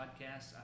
podcast